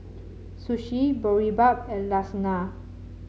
sushi Boribap and Lasagna